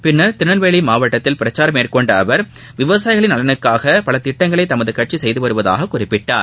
பின்னர் திருநெல்வேலி மாவட்டத்தில் பிரச்சாரம் மேற்கொண்ட அவர் விவசாயிகள் நலனுக்காள பல திட்டங்களை தமது கட்சி செய்து வருவதாக குறிப்பிட்டார்